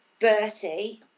bertie